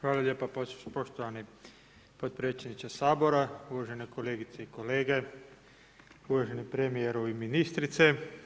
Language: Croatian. Hvala lijepa poštovani potpredsjedniče Sabora, uvažane kolegice i kolege, uvaženi Premijeru i ministrice.